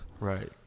Right